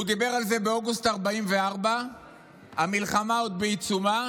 הוא דיבר על זה באוגוסט 1944. המלחמה עוד בעיצומה,